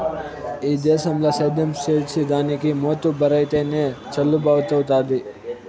ఈ దేశంల సేద్యం చేసిదానికి మోతుబరైతేనె చెల్లుబతవ్వుతాది